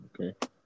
Okay